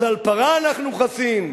אז על פרה אנחנו חסים,